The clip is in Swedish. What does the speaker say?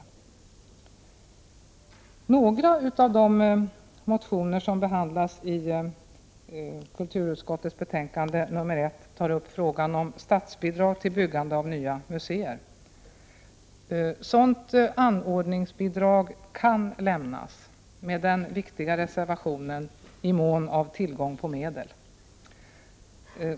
I några av de motioner som behandlas i kulturutskottets betänkande 1 tas frågan om statsbidrag till byggande av nya museer upp . Sådant anordningsbidrag kan lämnas med den viktiga reservationen: i mån av tillgång på medel.